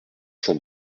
cent